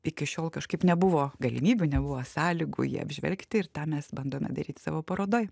iki šiol kažkaip nebuvo galimybių nebuvo sąlygų jį apžvelgti ir tą mes bandome daryt savo parodoj